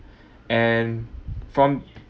and from